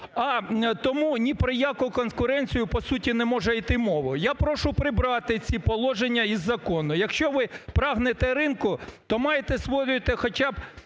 а тому ні про яку конкуренцію, по суті, не може йти мова. Я прошу прибрати ці положення із закону. Якщо ви прагнете ринку, то маєте освоювати хоча б